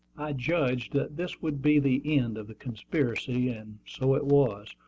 i judged that this would be the end of the conspiracy and so it was,